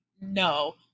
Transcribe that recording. no